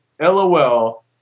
LOL